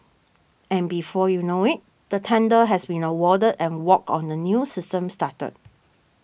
and before you know it the tender has been awarded and work on the new system started